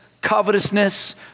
covetousness